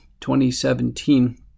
2017